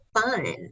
fun